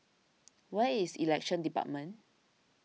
where is Elections Department